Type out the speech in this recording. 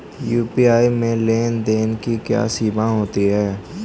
UPI में लेन देन की क्या सीमा होती है?